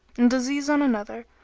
and aziz on another,